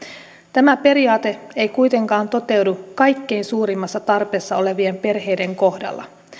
tämä periaate ei kuitenkaan toteudu kaikkein suurimmassa tarpeessa olevien perheiden kohdalla